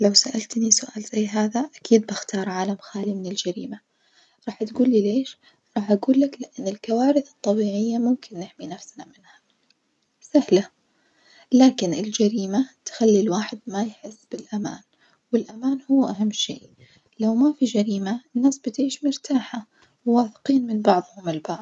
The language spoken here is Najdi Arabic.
لو سألتني سؤال زي هذا أكيد بختار عالم خالي من الجريمة راح تجولي ليش، راح أجولك لأن الكوارث الطبيعية ممكن نحمي نفسنا منها سهلة، لكن الجريمة تخلي الواحد ما يحس بالأمان والأمان هو أهم شي، لو ما في جريمة الناس بتعيش مرتاحة وواثقين من بعظهم البعظ.